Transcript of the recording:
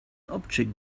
object